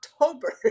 October